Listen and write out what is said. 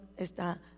está